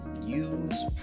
Use